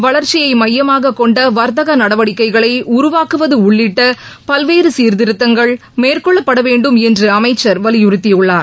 வளர்ச்சியை மையமாக கொண்ட வர்த்தக நடவடிக்கைகளை உருவாக்குவது உள்ளிட்ட பல்வேறு சீர்திருத்தங்கள் மேற்கொள்ளப்பட வேண்டும் என்று அமைச்சர் வலியுறுத்தியுள்ளார்